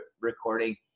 recording